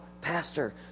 pastor